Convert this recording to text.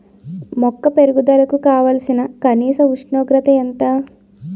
మొక్క పెరుగుదలకు కావాల్సిన కనీస ఉష్ణోగ్రత ఎంత?